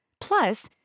Plus